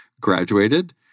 graduated